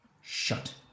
shut